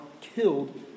killed